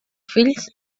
fills